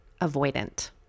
avoidant